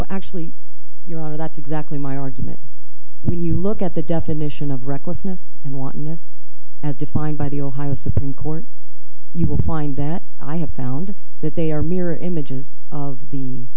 well actually your honor that's exactly my argument when you look at the definition of recklessness and wantonness as defined by the ohio supreme court you will find that i have found that they are mirror images of the